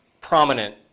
prominent